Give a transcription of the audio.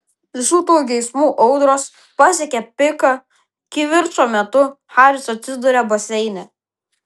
visų tų geismų audros pasiekia piką kivirčo metu haris atsiduria baseine